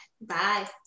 Bye